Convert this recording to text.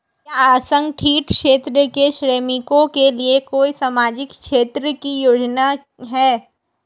क्या असंगठित क्षेत्र के श्रमिकों के लिए कोई सामाजिक क्षेत्र की योजना है?